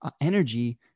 energy